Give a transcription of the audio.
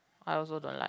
I also don't like